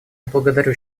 благодарю